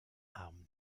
arm